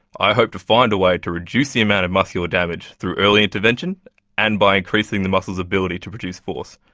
i hope to find a way to reduce the amount of muscular damage through early intervention and by increasing the muscles' ability to produce force.